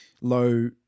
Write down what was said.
low